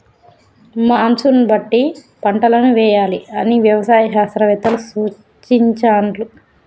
monsoon బట్టి పంటలను వేయాలి అని వ్యవసాయ శాస్త్రవేత్తలు సూచించాండ్లు